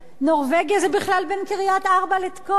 נורבגיה זה בכלל בין קריית-ארבע לתקוע.